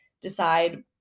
decide